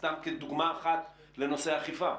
סתם כדוגמה אחת לנושא האכיפה.